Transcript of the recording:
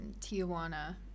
Tijuana